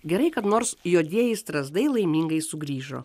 gerai kad nors juodieji strazdai laimingai sugrįžo